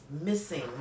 missing